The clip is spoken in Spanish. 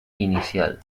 inicial